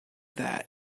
that